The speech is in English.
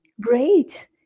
great